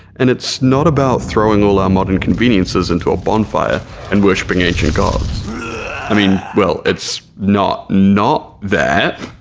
and it's not about throwing all our modern conveniences into a bonfire and worshipping ancient gods i mean well. it's not not that.